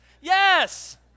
Yes